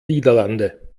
niederlande